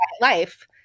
life